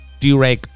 Direct